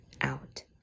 out